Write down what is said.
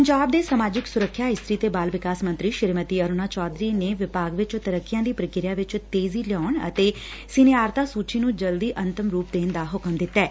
ਪੰਜਾਬ ਦੇ ਸਮਾਜਿਕ ਸੁਰੱਖਿਆ ਇਸਤਰੀ ਤੇ ਬਾਲ ਵਿਕਾਸ ਮੰਤਰੀ ਸ੍ਰੀਮਤੀ ਅਰੁਨਾ ਚੌਧਰੀ ਨੇ ਵਿਭਾਗ ਵਿੱਚ ਤਰੱਕੀਆਂ ਦੀ ਪ੍ਰਕਿਰਿਆ ਵਿੱਚ ਤੇਜ਼ੀ ਲਿਆਉਣ ਅਤੇ ਸੀਨੀਆਰਤਾ ਸੁਚੀ ਨੂੰ ਜਲਦੀ ਅੰਤਮ ਰੁਪ ਦੇਣ ਦਾ ਹੁਕਮ ਦਿੱਤੈ